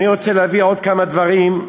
אני רוצה להביא עוד כמה דברים,